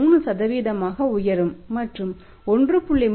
3 ஆக உயரும் மற்றும் 1